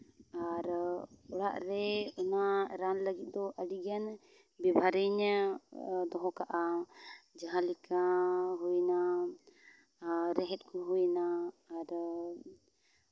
ᱟᱨ ᱚᱲᱟᱜ ᱨᱮ ᱚᱱᱟ ᱨᱟᱱ ᱞᱟᱹᱜᱤᱫ ᱫᱚ ᱟᱹᱰᱤ ᱜᱟᱱ ᱵᱮᱵᱚᱦᱟᱨᱤᱧᱟ ᱫᱚᱦᱚ ᱠᱟᱜᱼᱟ ᱡᱟᱦᱟᱸ ᱞᱮᱠᱟ ᱦᱩᱭᱱᱟ ᱨᱮᱸᱦᱮᱫ ᱠᱚ ᱦᱩᱭᱱᱟ ᱟᱨᱚ